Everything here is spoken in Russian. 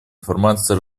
информации